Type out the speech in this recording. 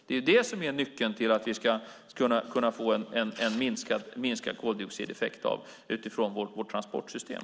Det är det som är nyckeln till vad vi ska kunna få en minskad koldioxideffekt av utifrån vårt transportsystem.